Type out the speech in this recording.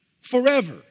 Forever